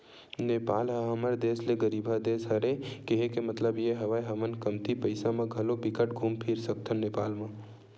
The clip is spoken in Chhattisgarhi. नेपाल ह हमर देस ले गरीबहा देस हरे, केहे के मललब ये हवय हमन कमती पइसा म घलो बिकट घुम फिर सकथन नेपाल म